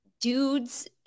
dudes